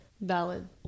valid